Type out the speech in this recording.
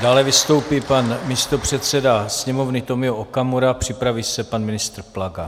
Dále vystoupí pan místopředseda Sněmovny Tomio Okamura, připraví se pan ministr Plaga.